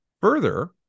Further